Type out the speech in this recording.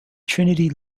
trinity